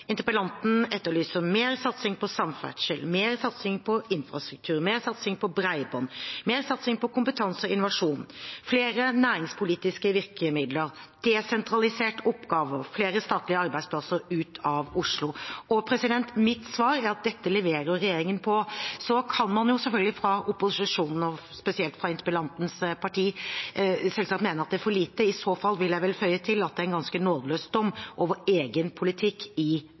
interpellanten etterlyser mer satsing på samferdsel, infrastruktur, bredbånd, kompetanse og innovasjon, flere næringspolitiske virkemidler, desentraliserte oppgaver og flere statlige arbeidsplasser ut av Oslo. Mitt svar er at dette leverer regjeringen på. Så kan man fra opposisjonen – spesielt fra interpellantens parti – selvsagt mene at det er for lite. I så fall vil jeg føye til at det er en ganske nådeløs dom over egen politikk i